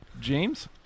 James